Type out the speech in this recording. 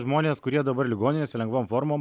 žmonės kurie dabar ligoninėse lengvom formom